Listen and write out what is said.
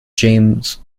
james